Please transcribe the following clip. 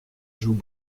joues